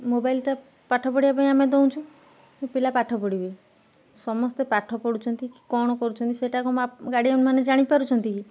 ମୋବାଇଲ୍ଟା ପାଠ ପଢ଼ିବା ପାଇଁ ଆମେ ଦଉଁଚୁ ପିଲା ପାଠ ପଢ଼ିବେ ସମସ୍ତେ ପାଠ ପଢ଼ୁଛନ୍ତି କି କ'ଣ କରୁଛନ୍ତି ସେଇଟାକୁ ଗାର୍ଡିଏନମାନେ ଜାଣିପାରୁଛନ୍ତି କି